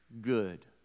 good